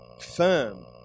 firm